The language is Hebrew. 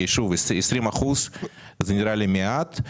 כי 20% נראים לי מעט.